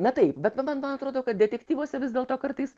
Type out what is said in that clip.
na taip bet dabar man atrodo kad detektyvuose vis dėlto kartais